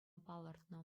палӑртнӑ